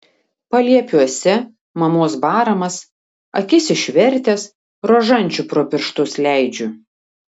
paliepiuose mamos baramas akis išvertęs rožančių pro pirštus leidžiu